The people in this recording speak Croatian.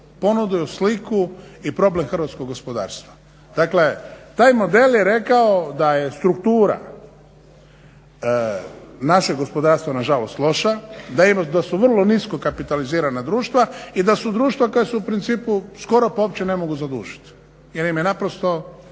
ponudio sliku i problem hrvatskog gospodarstva. Dakle, taj model je rekao da je struktura našeg gospodarstva na žalost loša, da su vrlo nisko kapitalizirana društva i da su društva koja su u principu skoro pa uopće ne mogu zadužiti jer im je naprosto